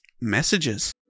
messages